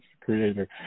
creator